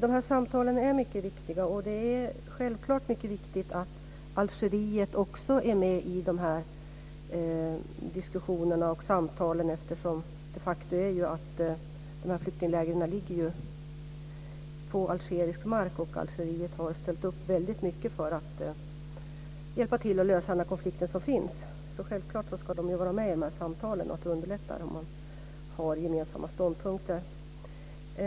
De här samtalen är mycket viktiga. Det är självklart mycket viktigt att Algeriet också är med i diskussionerna och samtalen, eftersom de här flyktinglägren de facto ligger på algerisk mark, och Algeriet har ställt upp väldigt mycket för att hjälpa till att lösa den konflikt som finns. Självklart ska man vara med i samtalen. Det underlättar om man har gemensamma ståndpunkter.